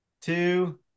two